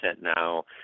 now